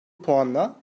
puanla